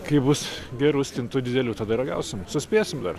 kai bus gerų stintų didelių tada ir ragausim suspėsim dar